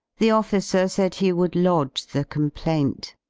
the officer said he would lodge the complaint.